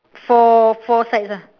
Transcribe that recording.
four four sides ah